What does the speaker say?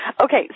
Okay